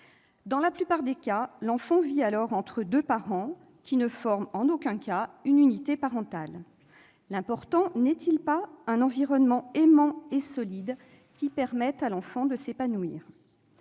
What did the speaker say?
Dans la plupart des cas, l'enfant vit alors entre deux parents, qui ne forment en aucun cas une unité parentale. L'important n'est-il pas un environnement aimant et solide, qui permette à l'enfant de s'épanouir ?